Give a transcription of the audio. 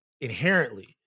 inherently